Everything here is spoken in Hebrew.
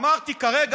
אמרתי כרגע,